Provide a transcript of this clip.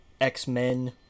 X-Men